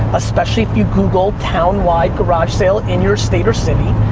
especially if you google town-wide garage sale in your state or city,